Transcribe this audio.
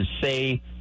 say